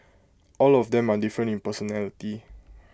all of them are different in personality